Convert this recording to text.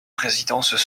résidences